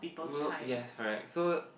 will yes correct so